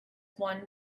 won